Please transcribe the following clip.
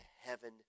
heaven